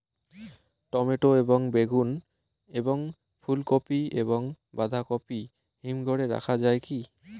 Tomato এবং বেগুন এবং ফুলকপি এবং বাঁধাকপি হিমঘরে রাখা যায় কি?